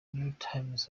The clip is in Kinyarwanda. newtimes